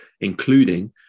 including